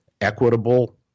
equitable